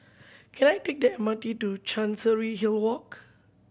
can I take the M R T to Chancery Hill Walk